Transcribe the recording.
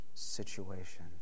situation